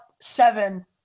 seven